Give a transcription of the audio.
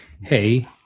hey